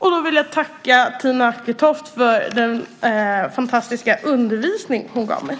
Herr talman! Jag vill tacka Tina Acketoft för den fantastiska undervisning hon gav mig.